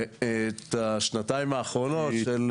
ואת השנתיים האחרונות.